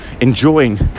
enjoying